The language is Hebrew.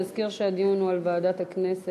אז אזכיר שהדיון הוא על ועדת הכנסת,